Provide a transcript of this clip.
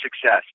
success